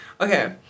Okay